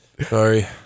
Sorry